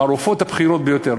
מהרופאות הבכירות ביותר,